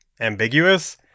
ambiguous